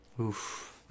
Oof